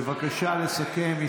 בבקשה לסכם.